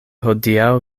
hodiaŭ